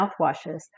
mouthwashes